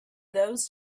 those